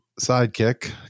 sidekick